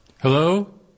Hello